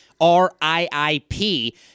R-I-I-P